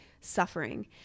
suffering